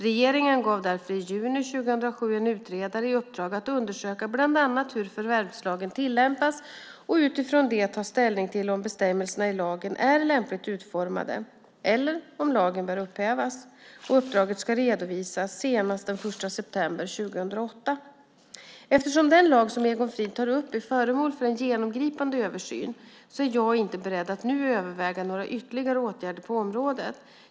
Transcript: Regeringen gav därför i juni 2007 en utredare i uppdrag att undersöka bland annat hur förvärvslagen tillämpas och utifrån det ta ställning till om bestämmelserna i lagen är lämpligt utformade eller om lagen bör upphävas. Uppdraget ska redovisas senast den 1 september 2008. Eftersom den lag som Egon Frid tar upp är föremål för en genomgripande översyn är jag inte beredd att nu överväga några ytterligare åtgärder på området.